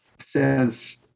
says